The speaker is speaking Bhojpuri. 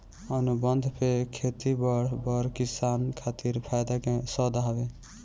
अनुबंध पे खेती बड़ बड़ किसान खातिर फायदा के सौदा हवे